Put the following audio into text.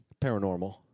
Paranormal